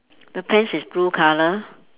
the pants is blue colour